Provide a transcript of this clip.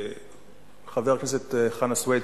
חבר הכנסת חנא סוייד,